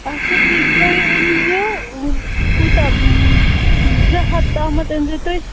اَچھا ٹھیٖک تُہۍ أنۍزیٚو کوٗتاہ زٕ ہَتھ تام أنۍزیٚو تُہۍ